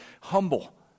Humble